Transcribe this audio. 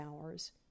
hours